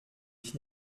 ich